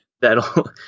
that'll